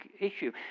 issue